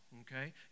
okay